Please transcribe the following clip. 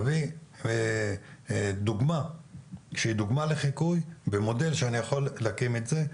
להביא דוגמה שהיא דוגמה לחיקוי ומודל שאני יכול להקים את זה.